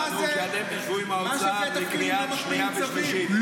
אנחנו הבנו שאתם תשבו עם האוצר לקריאה שנייה ושלישית.